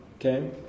okay